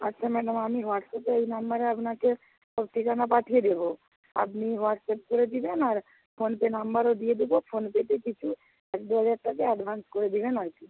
আচ্ছা ম্যাডাম আমি হোয়াটস অ্যাপে এই নাম্বারে আপনাকে সব ঠিকানা পাঠিয়ে দেবো আপনি হোয়াটস অ্যাপ করে দিবেন আর ফোনপে নাম্বারও দিয়ে দেবো ফোনপেতে কিছু এক দু হাজার টাকা অ্যাডভান্স করে দেবেন আরকি